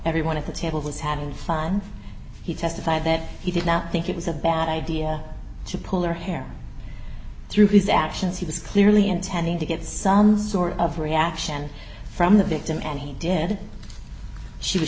everyone at the table was having fun he testified that he did not think it was a bad idea to pull her hair through his actions he was clearly intending to get some sort of reaction from the victim and he did she was